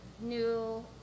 new